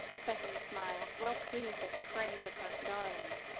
cicely smiled, well-pleased at the praise of her darling.